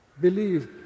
Believe